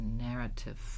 narrative